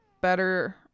better